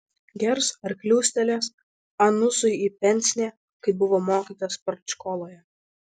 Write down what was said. gers ar kliūstelės anusui į pensnė kaip buvo mokytas partškoloje